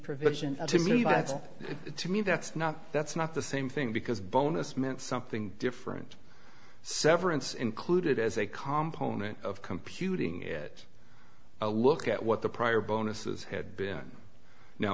provision to me but to me that's not that's not the same thing because bonus meant something different severance included as a complement of computing a look at what the prior bonuses had been now